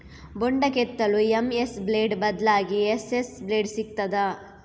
ಬೊಂಡ ಕೆತ್ತಲು M S blade ಬದ್ಲಾಗಿ ಎಸ್.ಎಸ್ ಬ್ಲೇಡ್ ಸಿಕ್ತಾದ?